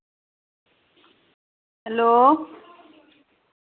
hello